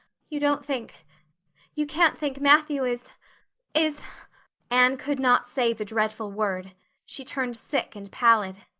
you don't think you can't think matthew is is anne could not say the dreadful word she turned sick and pallid.